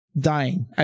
dying